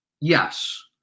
Yes